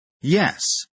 Yes